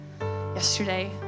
yesterday